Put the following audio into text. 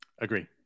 Agree